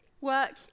work